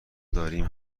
داریم